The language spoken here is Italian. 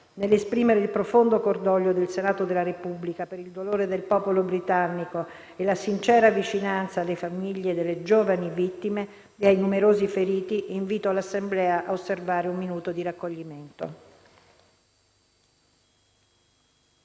Nell'esprimere il profondo cordoglio del Senato della Repubblica per il dolore del popolo britannico e la sincera vicinanza alle famiglie delle giovani vittime e ai numerosi feriti, invito l'Assemblea a osservare un minuto di raccoglimento.